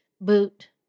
boot